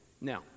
Now